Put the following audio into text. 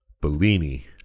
Bellini